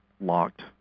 locked